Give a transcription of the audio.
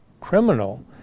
criminal